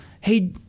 Hey